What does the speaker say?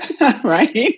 Right